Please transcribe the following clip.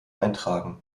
eintragen